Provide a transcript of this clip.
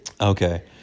Okay